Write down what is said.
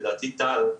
לדעתי טל,